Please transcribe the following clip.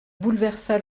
bouleversa